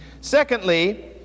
Secondly